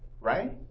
right